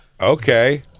Okay